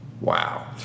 wow